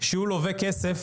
כשהוא לווה כסף,